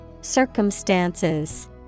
Circumstances